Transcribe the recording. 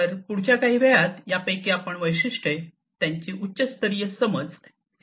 तर पुढच्या काही वेळात यापैकी काही वैशिष्ट्ये त्यांची उच्च स्तरीय समज हे पाहू